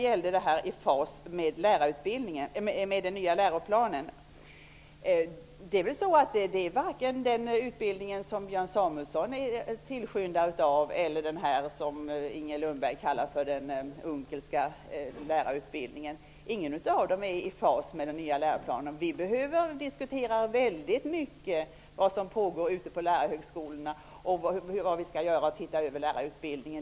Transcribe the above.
Varken den lärarutbildning som Björn Samuelson är tillskyndare för eller den som Inger Lundberg kallar för den Unckelska är i fas med den nya läroplanen. Vi behöver diskutera väldigt mycket om det som pågår ute på lärarhögskolorna och om vad vi skall göra åt lärarutbildningen.